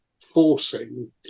forcing